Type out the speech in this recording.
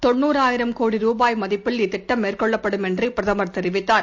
தொண்ணூறு ஆயிரம் கோடி ருபாய் மதிப்பில் இத்திட்டம் மேற்கொள்ளப்படும் என்று பிரதமர் தெரிவித்தார்